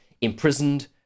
imprisoned